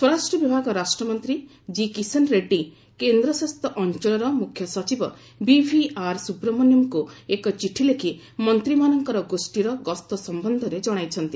ସ୍ୱରାଷ୍ଟ୍ର ବିଭାଗ ରାଷ୍ଟ୍ରମନ୍ତ୍ରୀ କି କିଶନ ରେଡ଼ୁୀ କେନ୍ଦ୍ରଶାସିତ ଅଞ୍ଚଳର ମୁଖ୍ୟ ସଚିବ ବିଭିଆର୍ ସୁବ୍ରମଣ୍ୟମ୍ଙ୍କୁ ଏକ ଚିଠି ଲେଖି ମନ୍ତ୍ରୀମାନଙ୍କ ଗୋଷୀର ଗସ୍ତ ସମ୍ୟନ୍ଧରେ ଜଣାଇଛନ୍ତି